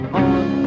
on